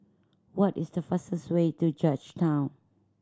what is the fastest way to Georgetown